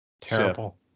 Terrible